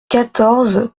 quatorze